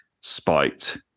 spiked